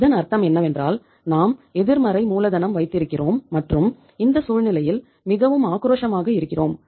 இதன் அர்த்தம் என்னவென்றால் நாம் எதிர்மறை மூலதனம் வைத்திருக்கிறோம் மற்றும் இந்த சூழ்நிலையில் மிகவும் ஆக்ரோஷமாக இருக்கிறோம்